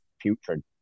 putrid